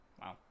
Wow